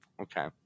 Okay